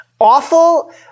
awful